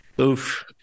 Oof